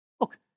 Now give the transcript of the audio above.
look